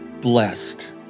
blessed